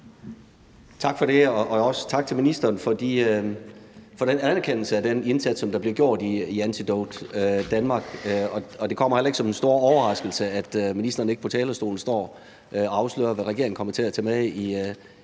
Tak for det, og tak til ministeren for den anerkendelse af den indsats, der bliver gjort i Antidote Danmark. Og det kommer heller ikke som den store overraskelse, at ministeren ikke på talerstolen står og afslører, hvad regeringen kommer til at tage med i